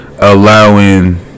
allowing